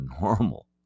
normal